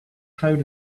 proud